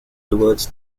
towards